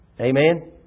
Amen